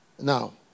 Now